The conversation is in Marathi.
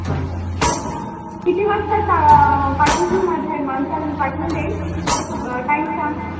बरं किती वाजता टा पाठवून देऊ माझ्या माणसाला पाठवून देईल टाईम सांग ना